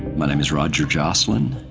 my name is roger joslin,